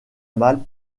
malte